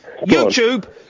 YouTube